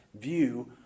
view